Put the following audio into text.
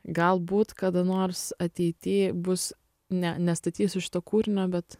galbūt kada nors ateity bus ne nestatysiu šito kūrinio bet